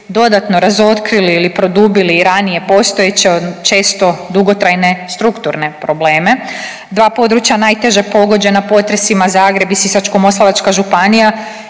dodatno razotkrili ili produbili ranije postojeće često dugotrajne strukturne probleme. Dva područja najteže pogođena potresima Zagreb i Sisačko-moslavačka županija